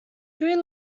three